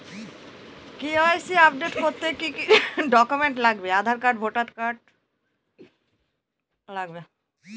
KYC update করতে কি কি ডকুমেন্টস লাগবে?